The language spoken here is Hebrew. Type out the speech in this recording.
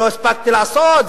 לא הספקתי לעשות,